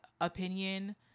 opinion